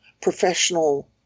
professional